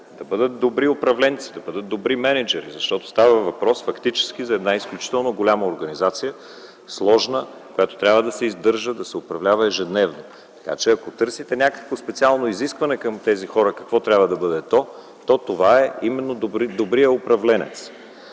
да бъдат добри управленци, да бъдат добри мениджъри. Защото фактически става въпрос за една изключително голяма, сложна организация, която трябва да се издържа и управлява ежедневно. Така че, ако търсите някакво специално изискване към тези хора – какво трябва да бъде то, то това е именно добрият управленец.